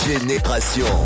génération